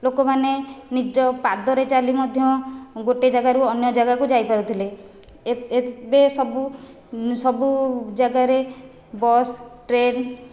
ଲୋକମାନେ ନିଜ ପାଦରେ ଚାଲି ମଧ୍ୟ ଗୋଟିଏ ଯାଗାରୁ ଅନ୍ୟ ଯାଗାକୁ ଯାଇପାରୁଥିଲେ ଏବେ ସବୁ ସବୁ ଯାଗାରେ ବସ୍ ଟ୍ରେନ